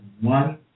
one